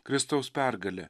kristaus pergalė